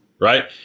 right